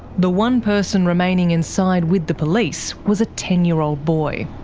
the one person remaining inside with the police was a ten year old boy.